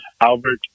Albert